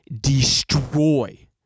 destroy